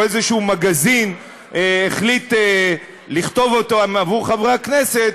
איזשהו מגזין החליט לכתוב אותן עבור חברי הכנסת,